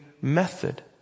method